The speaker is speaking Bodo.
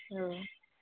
औ